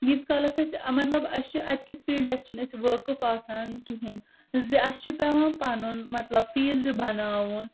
ییتس کالس ٲسۍ مطلب أس چھ اتکِس فیلڑس چھنہٕ ٲسۍ وٲقف آسان کہینۍ زِ اسہٕ چھ پیٚوان پنُن مطلب فیلڑٕ بناوُن